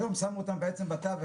היום שמו אותם בתווך.